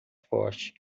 forte